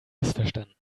missverstanden